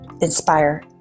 inspire